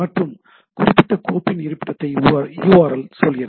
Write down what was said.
மற்றும் குறிப்பிட்ட கோப்பின் இருப்பிடத்தினை url சொல்கிறது